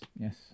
yes